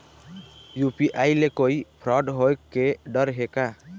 UPI ले कोई fraud होए के डर हे का?